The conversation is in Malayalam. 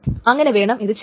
അങ്ങനെ വേണം ഇത് ചെയ്യാൻ